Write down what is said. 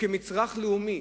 וכמצרך לאומי,